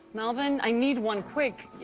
melvin. i need one. quick.